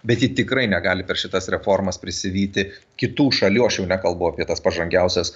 bet ji tikrai negali per šitas reformas prisivyti kitų šalių aš jau nekalbu apie tas pažangiausias